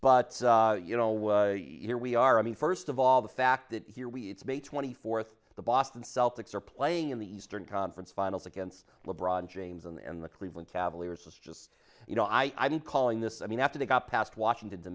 but you know here we are i mean first of all the fact that here we it's may twenty fourth the boston celtics are playing in the eastern conference finals against le bron james and the cleveland cavaliers was just you know i mean calling this i mean after they got past washington to